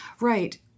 Right